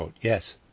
Yes